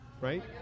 Right